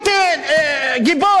ונתנו לו תעודת יושר, כאילו הוא גיבור.